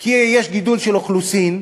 כי יש גידול של האוכלוסייה